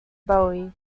bowie